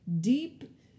deep